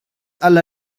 alla